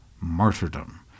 Martyrdom